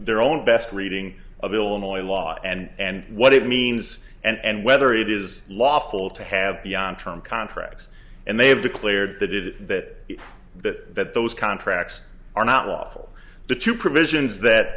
their own best reading of illinois law and what it means and whether it is lawful to have beyond term contracts and they have declared that is that that that those contracts are not lawful the two provisions that